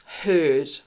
heard